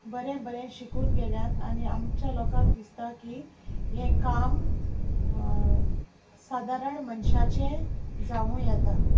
बरें बरें शिकून गेल्यात आनी आमच्या लोकांक दिसता की हें काम सादारण मनशाचें जावूं येता